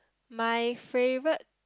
my favourite